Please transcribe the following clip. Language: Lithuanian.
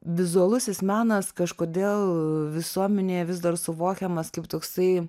vizualusis menas kažkodėl visuomenėje vis dar suvokiamas kaip toksai